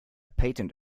patent